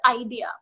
idea